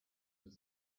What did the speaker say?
was